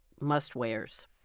must-wears